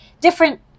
different